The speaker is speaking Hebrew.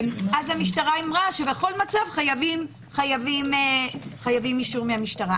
אז המשטרה אמרה שבכל מצב חייבים אישור מהמשטרה.